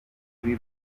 kuri